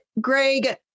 Greg